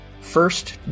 first